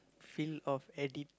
feel of addi~